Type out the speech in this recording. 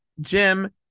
Jim